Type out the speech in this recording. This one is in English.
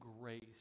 grace